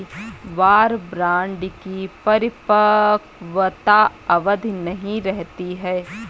war bond की परिपक्वता अवधि नहीं रहती है